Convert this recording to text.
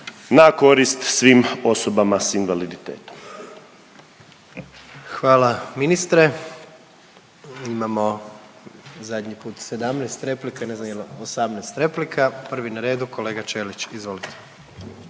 na korist svim osobama s invaliditetom. **Jandroković, Gordan (HDZ)** Hvala ministre. Imamo zadnji put 17 replika, ne znam jel, 18 replika. Prvi na redu kolega Ćelić, izvolite.